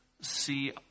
see